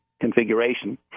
configuration